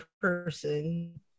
person